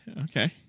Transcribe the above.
Okay